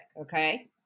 Okay